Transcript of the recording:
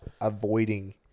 avoiding